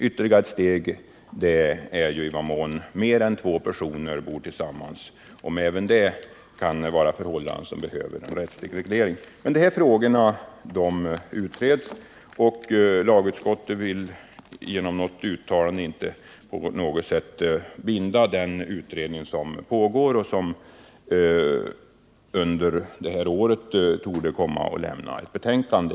Ytterligare ett steg som eventuellt kan behöva tas är när mer än två personer bor tillsammans samt om och i vilken mån även det förhållandet kan behöva bli föremål för rättslig reglering. Dessa frågor utreds nu. Lagutskottet vill därför inte genom något eget uttalande eller på annat sätt binda den utredning som pågår och som under det här året torde komma att avlämna ett betänkande.